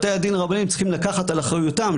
בתי הדין הרבניים צריכים לקחת על אחריותם,